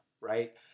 right